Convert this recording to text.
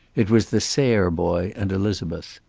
it was the sayre boy and elizabeth.